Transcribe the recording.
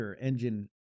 engine